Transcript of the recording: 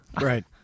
Right